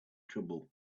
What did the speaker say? trouble